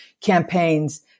campaigns